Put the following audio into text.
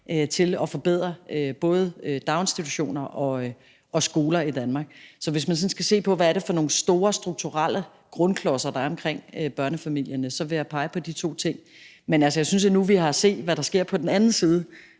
til at forbedre både daginstitutioner og skoler i Danmark. Så hvis man sådan skal se på, hvad det er for nogle store strukturelle grundklodser, der er omkring børnefamilierne, så vil jeg pege på de to ting. Man, altså, nu ser vi, hvad der sker på den anden side